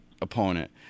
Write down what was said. opponent